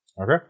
Okay